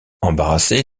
embarrassé